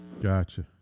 Gotcha